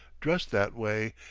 dressed that way,